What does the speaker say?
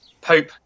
Pope